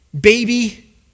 baby